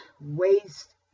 waste